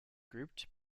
grouped